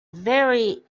very